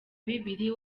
bibiri